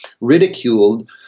ridiculed